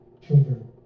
children